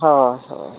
ᱦᱳᱭ ᱦᱳᱭ